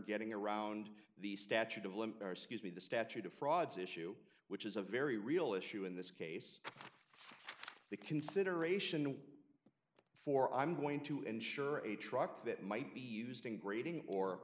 getting around the statute of limit our schools mean the statute of frauds issue which is a very real issue in this case the consideration for i'm going to insure a truck that might be used in grading or